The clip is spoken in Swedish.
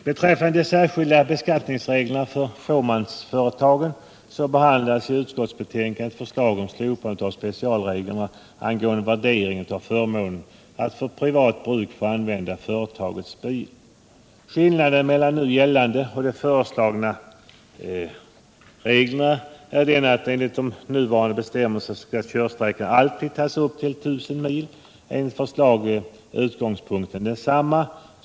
Beträffande de särskilda beskattningsreglerna för fåmansföretag behandlas i utskottsbetänkandet ett förslag om slopande av specialregler angående värderingen av förmånen att för privat bruk få använda företagets bil. Enligt nuvarande bestämmelser skall körsträckan alltid tas upp till 1000 mil. Enligt förslaget är utgångspunkten densamma.